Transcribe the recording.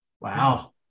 Wow